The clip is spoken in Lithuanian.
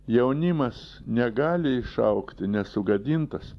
jaunimas negali išaugti nesugadintas